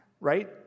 right